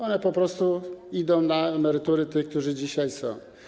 One po prostu idą na emerytury tych, którzy dzisiaj są.